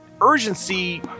urgency